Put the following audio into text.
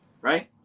right